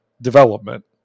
development